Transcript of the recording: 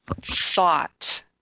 thought